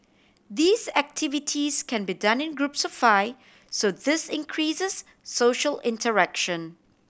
these activities can be done in groups of five so this increases social interaction